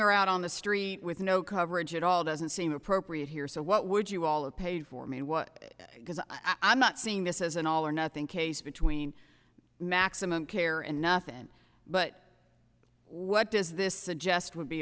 her out on the street with no coverage at all doesn't seem appropriate here so what would you all of paid for mean what i not seeing this as an all or nothing case between maximum care and nothing but what does this suggest would be